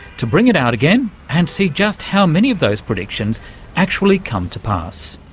to bring it out again and see just how many of those predictions actually come to pass.